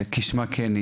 כשמה כן היא.